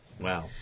Wow